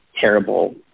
terrible